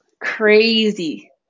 crazy